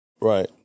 Right